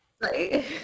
right